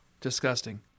disgusting